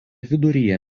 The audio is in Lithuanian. viduryje